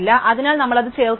അതിനാൽ നമ്മൾ അത് ചേർക്കുന്നു